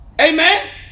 amen